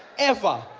ever.